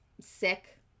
sick